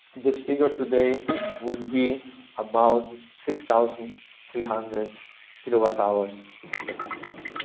this figure today would be about six thousand three hundred kilowatt hours per capita.